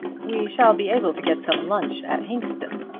we shall be able to get some lunch at hinxton,